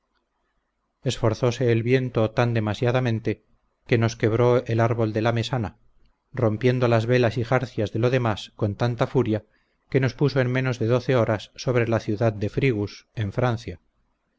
esforzose el viento tan demasiadamente que nos quebré el árbol de la mesana rompiendo las velas y jarcias de lo demás con tanta furia que nos puso en menos de doce horas sobre la ciudad de frigus en francia